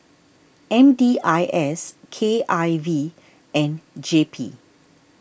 M D I S K I V and J P